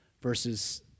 versus